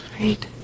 Right